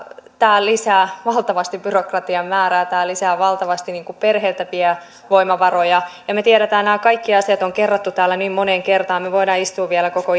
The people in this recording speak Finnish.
tämä lisää valtavasti byrokratian määrää tämä vie valtavasti perheiltä voimavaroja me tiedämme nämä kaikki asiat ne on kerrottu täällä niin moneen kertaan me voimme istua vielä koko